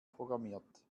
programmiert